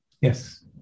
Yes